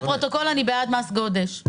אופיר, לפרוטוקול אני בעד מס גודש.